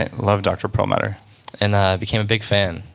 and love dr. perlmutter and i became a big fan.